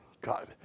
God